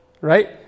right